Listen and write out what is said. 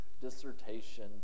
dissertation